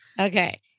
Okay